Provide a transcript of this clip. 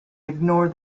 ignore